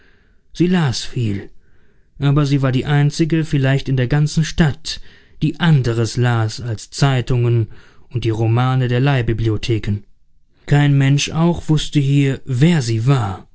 sie las viel aber sie war die einzige vielleicht in der ganzen stadt die anderes las als zeitungen und die romane der leihbibliotheken kein mensch auch wußte hier wer sie war